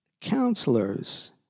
counselors